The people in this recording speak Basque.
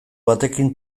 batekin